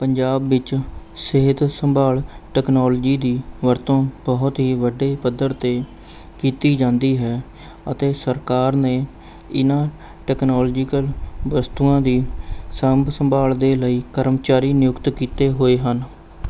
ਪੰਜਾਬ ਵਿੱਚ ਸਿਹਤ ਸੰਭਾਲ਼ ਟੈਕਨੋਲਜੀ ਦੀ ਵਰਤੋਂ ਬਹੁਤ ਵੀ ਵੱਡੇ ਪੱਧਰ 'ਤੇ ਕੀਤੀ ਜਾਂਦੀ ਹੈ ਅਤੇ ਸਰਕਾਰ ਨੇ ਇਹਨਾਂ ਟੈਕਨੋਲਜੀਕਲ ਵਸਤੂਆਂ ਦੀ ਸਾਂਭ ਸੰਭਾਲ਼ ਦੇ ਲਈ ਕਰਮਚਾਰੀ ਨਿਯੁਕਤ ਕੀਤੇ ਹੋਏ ਹਨ